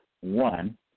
one